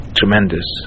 tremendous